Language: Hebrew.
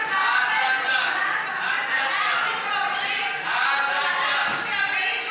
חוק שיפוט בתי דין רבניים (נישואין וגירושין) (תיקון מס'